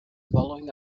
following